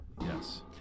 Yes